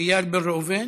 איל בן ראובן,